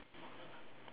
okay